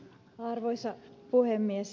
arvoisa puhemies